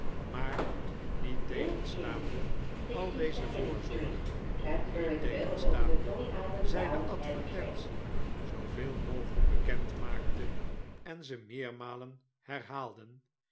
maar niettegenstaande al deze voorzorgen niettegenstaande zij de advertentie zooveel mogelijk bekend maakte en ze meermalen herhaalden